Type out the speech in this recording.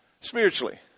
spiritually